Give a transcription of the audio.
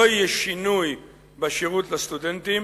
לא יהיה שינוי בשירות לסטודנטים,